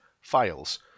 files